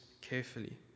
carefully